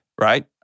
right